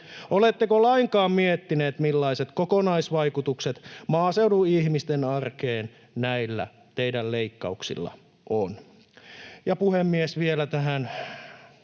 Oletteko lainkaan miettineet, millaiset kokonaisvaikutukset maaseudun ihmisten arkeen näillä teidän leikkauksillanne on? Puhemies! Vielä tähän